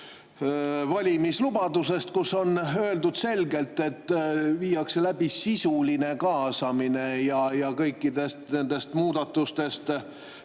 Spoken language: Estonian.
valimislubadusest, kus on öeldud selgelt, et viiakse läbi sisuline kaasamine ja kõikidest muudatustest